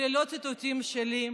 אלה לא ציטוטים שלי,